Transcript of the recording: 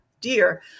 dear